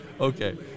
okay